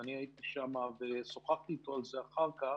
ואני הייתי שם ושוחחתי איתו על זה אחר כך: